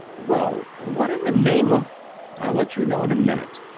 well, what in the name of i'll let you know in a minute.